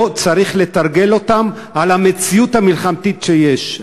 לא צריך לתרגל אותם על המציאות המלחמתית שיש.